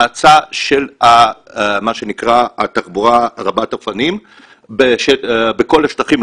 האצה של מה שנקרא התחבורה רבת האופנים בכל השטחים,